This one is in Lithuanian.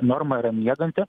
norma yra mieganti